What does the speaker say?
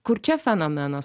kur čia fenomenas